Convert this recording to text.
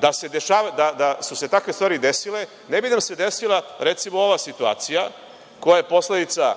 da su se takve stvari desile, ne bi nam se desila, recimo, ova situacija koja je posledica